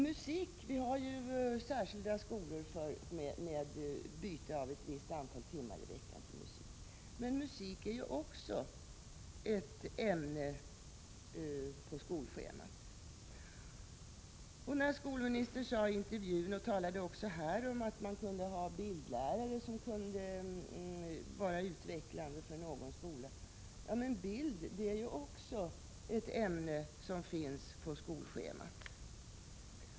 Men vi har särskilda skolor där eleverna har möjlighet att byta ut ett visst antal timmar i veckan mot musik. Musik är också ett ämne på skolschemat. Skolministern sade i intervjun, och talade om det också här, att man kunde ha bildlärare i någon skola. Men bildlära är också ett ämne på skolschemat.